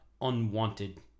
unwanted